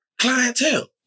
clientele